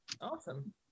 Awesome